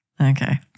Okay